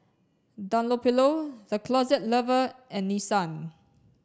Dunlopillo The Closet Lover and Nissan